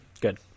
Good